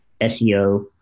SEO